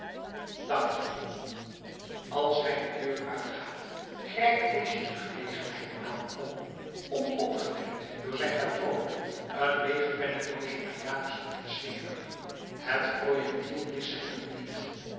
dank je als hij de deur uitgaat grijpt keesje de gelegenheid aan om onopgemerkt door zijn patroon een leeg pennendoosje naar janus hoofd te slingeren het projectiel mist zijn doel niet